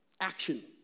action